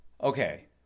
Okay